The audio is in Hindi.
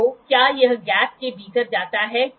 तो क्या यह गैप के भीतर जाता है कि नहीं